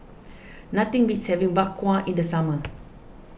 nothing beats having Bak Kwa in the summer